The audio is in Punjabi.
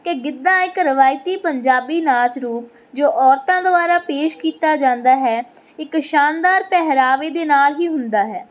ਕਿ ਗਿੱਧਾ ਇੱਕ ਰਵਾਇਤੀ ਪੰਜਾਬੀ ਨਾਚ ਰੂਪ ਜੋ ਔਰਤਾਂ ਦੁਆਰਾ ਪੇਸ਼ ਕੀਤਾ ਜਾਂਦਾ ਹੈ ਇੱਕ ਸ਼ਾਨਦਾਰ ਪਹਿਰਾਵੇ ਦੇ ਨਾਲ ਹੀ ਹੁੰਦਾ ਹੈ